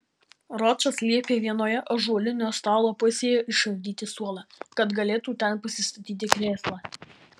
ročas liepė vienoje ąžuolinio stalo pusėje išardyti suolą kad galėtų ten pasistatyti krėslą